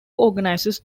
organises